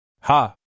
Ha